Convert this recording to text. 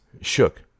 shook